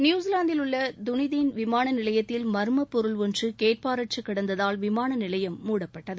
நியூசிலாந்தில் உள்ள துனிடின் விமான நிலையத்தில் மா்மபொருள் ஒன்று கேட்பாரற்று கிடந்ததால் விமானநிலையம் மூடப்பட்டது